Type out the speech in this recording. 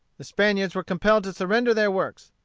the spaniards were compelled to surrender their works.